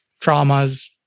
Traumas